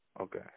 Okay